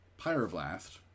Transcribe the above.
Pyroblast